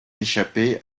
échapper